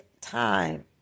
time